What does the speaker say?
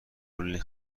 کلی